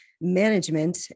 management